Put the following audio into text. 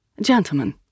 Gentlemen